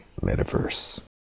Metaverse